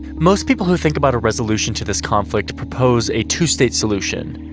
most people who think about resolution to this conflict propose a two state solution,